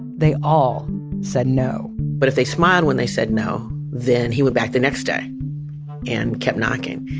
they all said no but if they smiled when they said no, then he went back the next day and kept knocking.